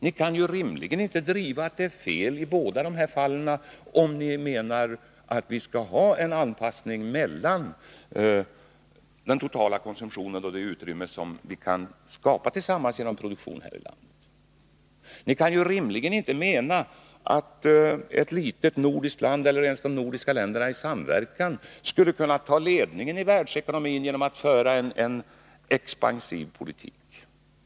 Ni kan ju rimligen inte hävda att det är fel i båda fallen, om ni menar att vi skall ha en anpassning mellan den totala konsumtionen och det utrymme som vi kan skapa tillsammans genom produktion här i landet. Ni kan ju rimligen inte mena att ett litet nordiskt land — eller ens de nordiska länderna i samverkan — skulle kunna ta ledningen i världsekonomin genom att föra en expansiv politik.